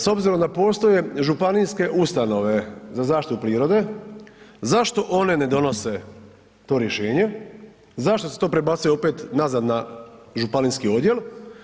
S obzirom da postoje županijske ustanove za zaštitu prirode zašto one ne donose to rješenje, zašto se to prebacuje opet nazad na županijski odjel?